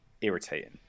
irritating